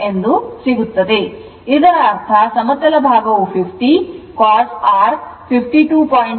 61 ಸಿಗುತ್ತದೆ ಮತ್ತು ಇದರ ಅರ್ಥ ಸಮತಲ ಭಾಗವು 50 cos r 52